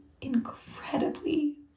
incredibly